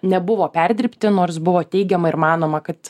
nebuvo perdirbti nors buvo teigiama ir manoma kad